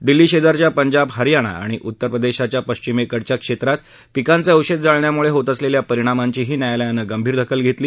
दिल्ली शेजारच्या पंजाब हरयाणा आणि उत्तरप्रदेशाच्या पश्चिमकडच्या क्षेत्रात पिकांचे अवशेष जाळण्यामुळे होत असलेल्या परिणांमांचीही न्यायालयानं गंभीर दखल घेतली